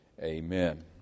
Amen